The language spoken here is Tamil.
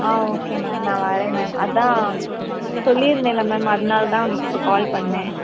ஆ ஓகே மேம் நான் வரேன் மேம் அதான் சொல்லியிருந்தேன்ல மேம் அதனாலதான் இப்போ கால் பண்ணேன்